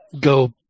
go